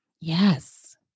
Yes